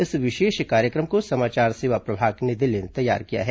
इस विशेष कार्यक्रम को समाचार सेवा प्रभाग नई दिल्ली ने तैयार किया है